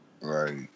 Right